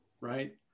right